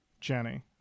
jenny